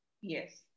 Yes